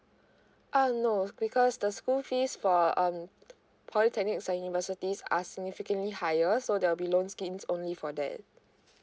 uh no because the school fees for um polytechnics and universities are significantly higher so there'll be loan schemes only for that